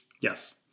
Yes